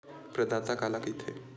प्रदाता काला कइथे?